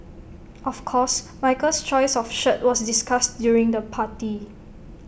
of course Michael's choice of shirt was discussed during the party